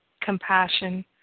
compassion